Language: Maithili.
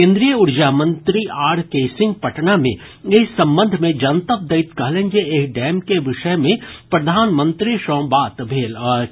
केन्द्रीय ऊर्जा मंत्री आर के सिंह पटना मे एहि संबंध मे जनतब दैत कहलनि जे एहि डैम के विषय मे प्रधानमंत्री सँ बात भेल अछि